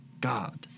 God